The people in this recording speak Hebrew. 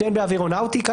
שתיהן באווירונאוטיקה,